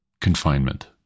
confinement